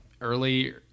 early